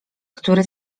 który